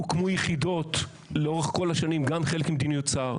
הוקמו יחידות לאורך כל השנים גם כחלק ממדיניות שר.